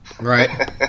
right